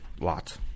Lots